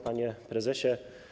Panie Prezesie!